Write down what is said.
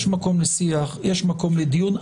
יש מקום לשיח, יש מקום לדיון.